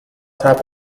type